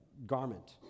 garment